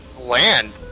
land